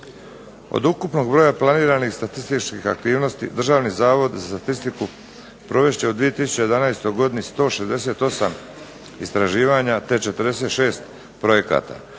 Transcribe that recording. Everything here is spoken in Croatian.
Od ukupnog broja planiranih statističkih aktivnosti Državni zavod za statistiku provest će u 2011. godini 168 istraživanja te 46 projekata.